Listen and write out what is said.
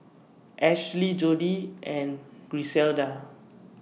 Ashli Jordi and Griselda